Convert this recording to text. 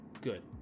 good